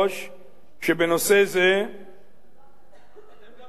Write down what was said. שבנושא זה, גם על מערת המכפלה,